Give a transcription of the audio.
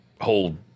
hold